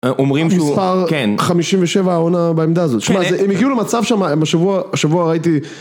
אומרים שכן. מספר 57 העונה בעמדה הזאת. שמע, הם הגיעו למצב שם, בשבוע הייתי...